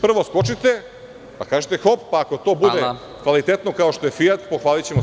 Prvo skočite, pa kažite hop, pa ako to bude kvalitetno kao što je „Fijat“, pohvalićemo vas.